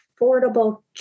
Affordable